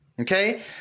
Okay